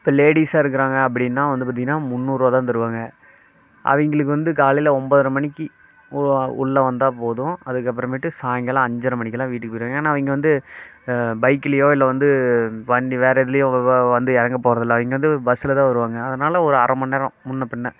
இப்போ லேடிஸாக இருக்கிறாங்க அப்படின்னா வந்து பார்த்தீங்கன்னா முன்னூறுரூவா தான் தருவாங்க அவங்களுக்கு வந்து காலையில் ஒன்போதரை மணிக்கு ஓ உள்ளே வந்தால் போதும் அதுக்கப்புறமேட்டு சாயங்காலம் அஞ்சரை மணிக்குலாம் வீட்டுக்கு போய்விடுவாங்க ஏன்னா அவங்க வந்து பைக்லேயோ இல்லை வந்து வண் வேறே இதுலேயோ வந்து இறங்க போகிறதில்ல அவங்க வந்து பஸ்ஸில் தான் வருவாங்க அதனால் ஒரு அரை மணி நேரம் முன்னே பின்னே